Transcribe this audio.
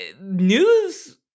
news